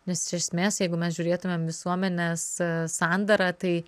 nes iš esmės jeigu mes žiūrėtumėm visuomenės sandarą tai